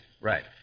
Right